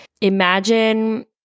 imagine